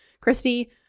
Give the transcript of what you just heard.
Christy